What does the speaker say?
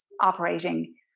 operating